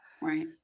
Right